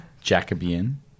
Jacobean